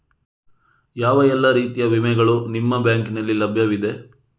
ಯಾವ ಎಲ್ಲ ರೀತಿಯ ವಿಮೆಗಳು ನಿಮ್ಮ ಬ್ಯಾಂಕಿನಲ್ಲಿ ಲಭ್ಯವಿದೆ?